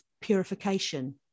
purification